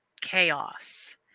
chaos